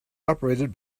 operated